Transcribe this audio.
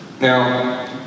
Now